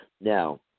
Now